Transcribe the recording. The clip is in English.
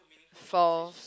false